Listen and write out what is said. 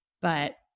but-